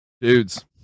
dudes